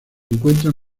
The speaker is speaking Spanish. encuentran